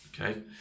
okay